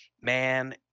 Man